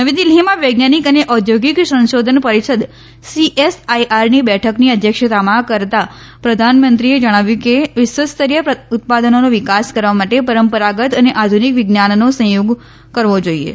નવી દિલ્ફીમાં વૈજ્ઞાનિક અને ઔદ્યોગિક સંશોધન પરિષદ સીએસઆઇઆરની બેઠકની અધ્યક્ષતા કરતા પ્રધાનમંત્રીએ જણાવ્યું કે વિશ્વસ્તરીય ઉત્પાદનોનો વિકાસ કરવા માટે પરંપરાગત અને આધુનિક વિજ્ઞાનનો સંયોગ કરવે જોઇએ